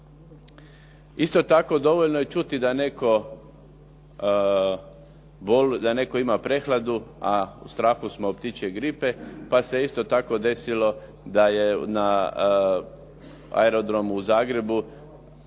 Isto tako dovoljno je čuti da netko ima prehladu, a u strahu smo od ptičje gripe, pa se isto tako desilo da je na aerodromu u Zagrebu